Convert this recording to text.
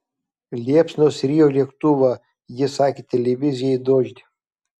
liepsnos rijo lėktuvą ji sakė televizijai dožd